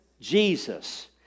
Jesus